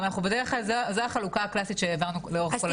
בדרך כלל זאת החלוקה הקלאסית שהעברנו לאורך כל השנים.